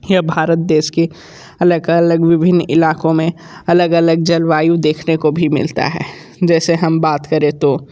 यह भारत देश की अलग अलग विभिन्न इलाक़ों में अलग अलग जलवायु देखने को भी मिलती है जैसे हम बात करें तो